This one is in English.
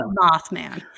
Mothman